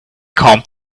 calmed